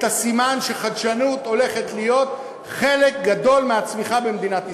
את הסימן שחדשנות הולכת להיות חלק גדול מהצמיחה במדינת ישראל.